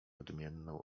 odmienną